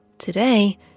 Today